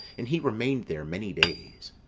and he remained there many days.